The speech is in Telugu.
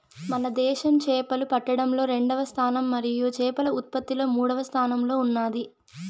మన దేశం చేపలు పట్టడంలో రెండవ స్థానం మరియు చేపల ఉత్పత్తిలో మూడవ స్థానంలో ఉన్నాది